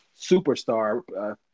superstar